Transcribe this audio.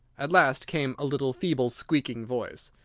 at last came a little feeble, squeaking voice,